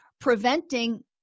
preventing